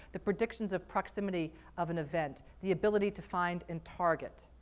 the predictions of proximity of an event, the ability to find and target?